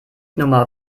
nummer